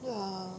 ya